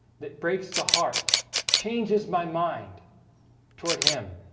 that breaks the heart changes my mind toward him.